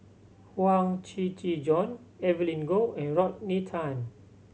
Huang Shiqi Joan Evelyn Goh and Rodney Tan